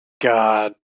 god